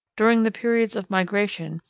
during the periods of migration,